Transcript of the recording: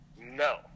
No